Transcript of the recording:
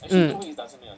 mm